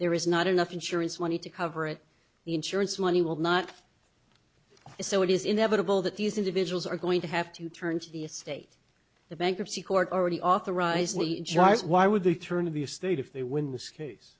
there is not enough insurance money to cover it the insurance money will not so it is inevitable that these individuals are going to have to turn to the estate the bankruptcy court already authorized the charge why would they turn of your state if they win this case